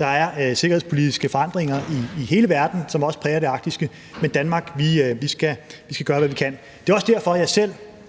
og sikkerhedspolitiske forandringer i hele verden, som også præger det arktiske – men i Danmark skal vi gøre, hvad vi kan. Det er også derfor, at jeg selv